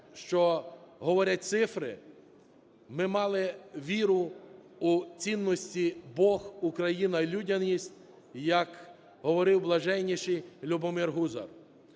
що говорять цифри, ми мали віру у цінності "Бог, Україна, людяність", як говорив Блаженніший Любомир Гузар.